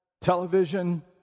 television